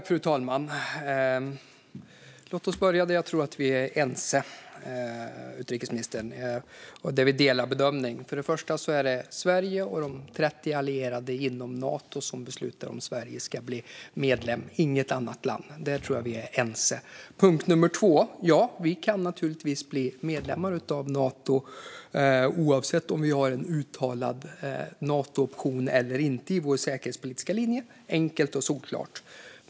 Fru talman! Låt oss börja där jag tror att vi är ense, utrikesministern, och där vi gör samma bedömning. För det första är det Sverige och de 30 allierade inom Nato som beslutar om Sverige ska bli medlem, inget annat land. Där tror jag att vi är ense. För det andra kan vi naturligtvis bli medlemmar i Nato oavsett om vi har en uttalad Nato-option eller inte i vår säkerhetspolitiska linje. Det är enkelt och solklart.